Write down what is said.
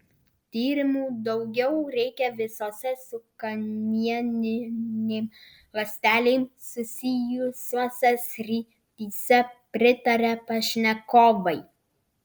tyrimų daugiau reikia visose su kamieninėm ląstelėm susijusiose srityse pritaria pašnekovai